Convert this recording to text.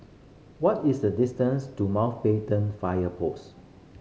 what is the distance to Mountbatten Fire Post